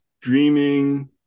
dreaming